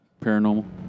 Paranormal